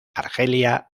argelia